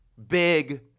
big